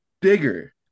bigger